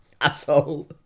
Asshole